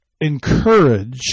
encourage